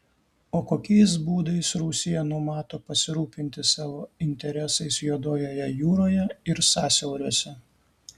o kokiais būdais rusija numato pasirūpinti savo interesais juodojoje jūroje ir sąsiauriuose